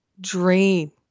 drain